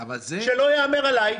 שלא יהמר עליי.